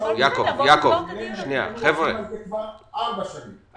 במשך ארבע שנים